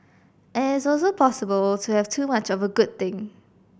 and it is also possible to have too much of a good thing